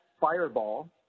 Fireball